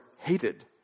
hated